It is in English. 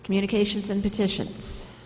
communications and petitions